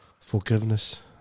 Forgiveness